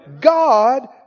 God